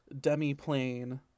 demi-plane